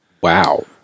wow